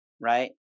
Right